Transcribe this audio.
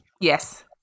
Yes